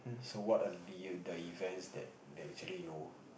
so what are near the events that that actually you